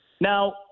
Now –